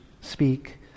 speak